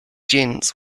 gents